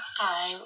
Hi